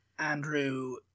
andrew